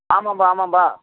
ஆமாப்பா ஆமாப்பா